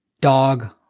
dog